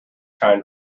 kind